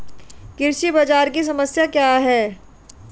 कृषि बाजार की समस्या क्या है?